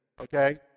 okay